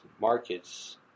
markets